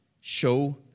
show